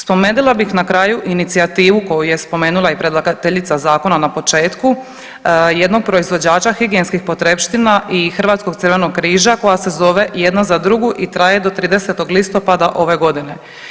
Spomenula bih na kraju inicijativu koju je spomenula i predlagateljica zakona na početku, jednog proizvođača higijenskih potrepština i Hrvatskog Crvenog križa koja se zove Jedna za drugu i traje do 30. listopada ove godine.